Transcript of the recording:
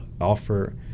offer